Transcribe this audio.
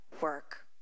work